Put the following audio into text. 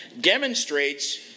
demonstrates